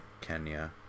Kenya